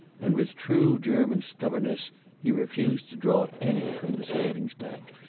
and with true german stubbornness he refused to draw any from the savings bank.